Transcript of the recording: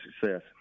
success